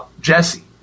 Jesse